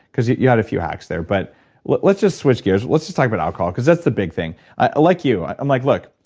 you you had a few hacks there, but let's just switch gears. let's just talk about alcohol because that's the big thing ah like you, i'm like, look,